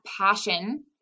passion